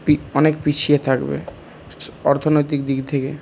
অনেক পিছিয়ে থাকবে অর্থনৈতিক দিক থেকে